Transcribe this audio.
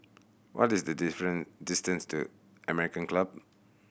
what is the distance to American Club